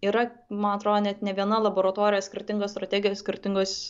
yra man atrodo net ne viena laboratorija skirtingos strategijos skirtingos